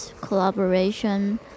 collaboration